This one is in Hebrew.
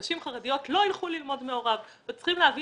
נשים חרדיות לא ילכו ללמוד מעורב ואת זה צריך להבין.